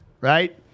right